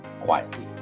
quietly